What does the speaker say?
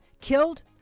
killed